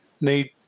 need